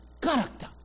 character